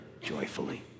joyfully